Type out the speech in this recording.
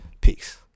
Peace